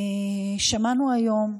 שמענו היום,